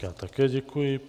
Já také děkuji.